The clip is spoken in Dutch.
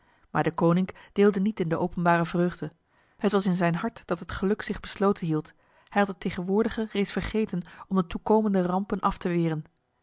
maar deconinck deelde niet in de openbare vreugde het was in zijn hart dat het geluk zich besloten hield hij had het tegenwoordige reeds vergeten om de toekomende rampen af te weren